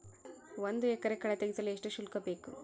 ಒಂದು ಎಕರೆ ಕಳೆ ತೆಗೆಸಲು ಎಷ್ಟು ಶುಲ್ಕ ಬೇಕು?